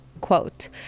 quote